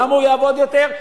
למה הוא יעבוד יותר?